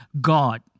God